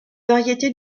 variété